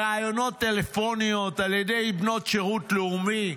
ראיונות טלפוניים על ידי בנות שירות לאומי,